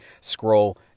Scroll